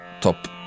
Top